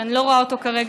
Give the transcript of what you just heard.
שאני לא רואה אותו כרגע,